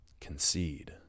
concede